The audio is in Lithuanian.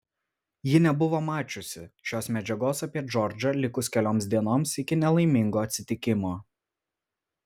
ji nebuvo mačiusi šios medžiagos apie džordžą likus kelioms dienoms iki nelaimingo atsitikimo